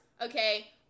okay